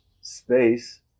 space